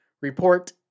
report